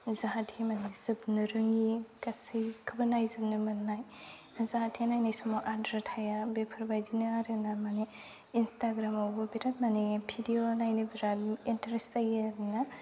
जाहाथे माने जोबनो रोङि गासैखौबो नायजोबनो मोननाय जाहाथे नायनाय समाव आद्रा थाया बेफोरबायदिनो आरो ना माने इन्सटाग्रामावबो बिरात माने भिडिय' नायनो बिरात इन्थारेस्ट जायो आरोना